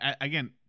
again